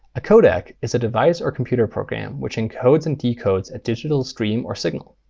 a codec is a device or computer program which encodes and decodes a digital stream or signal.